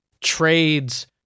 trades